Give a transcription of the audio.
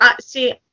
See